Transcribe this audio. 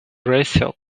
racial